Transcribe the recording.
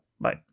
Bye